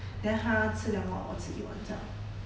then 他吃两碗我吃一碗这样